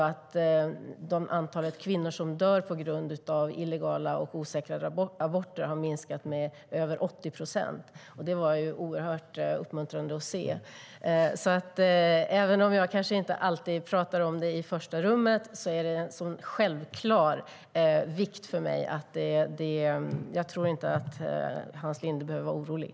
Antalet kvinnor som dör på grund av illegala och osäkra aborter har minskat med över 80 procent. Det var oerhört uppmuntrande att se.